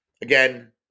Again